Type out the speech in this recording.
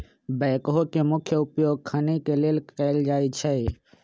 backhoe के मुख्य उपयोग खने के लेल कयल जाइ छइ